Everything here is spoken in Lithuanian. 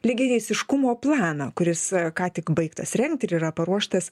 lygiateisiškumo planą kuris ką tik baigtas rengti ir yra paruoštas